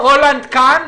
רולנד נמצא כאן?